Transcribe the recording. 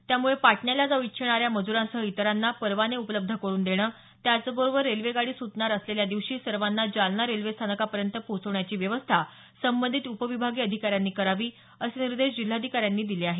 त्यामुळे पाटण्याला जाऊ इच्छिणाऱ्या मज्रांसह इतरांना परवाने उपलब्ध करून देणं त्याचबरोबर रेल्वेगाडी सूटणार असलेल्या दिवशी सर्वांना जालना रेल्वेस्थानकापर्यंत पोहचण्याची व्यवस्था संबंधित उपविभागीय अधिकाऱ्यांनी करावी असे निर्देश जिल्हाधिकाऱ्यांनी दिले आहेत